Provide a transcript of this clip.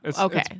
Okay